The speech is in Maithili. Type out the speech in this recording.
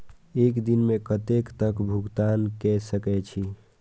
एक दिन में कतेक तक भुगतान कै सके छी